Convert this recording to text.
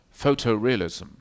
photorealism